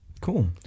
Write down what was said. Cool